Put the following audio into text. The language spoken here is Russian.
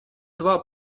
два